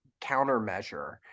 countermeasure